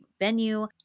venue